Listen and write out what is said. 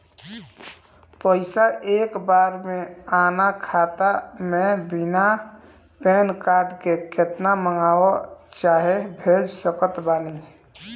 पैसा एक बार मे आना खाता मे बिना पैन कार्ड के केतना मँगवा चाहे भेज सकत बानी?